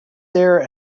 there